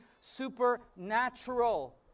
supernatural